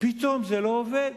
פתאום זה לא עובד,